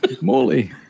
Morley